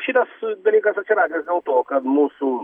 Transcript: šitas dalykas atsiradęs dėl to kad mūsų